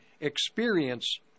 experience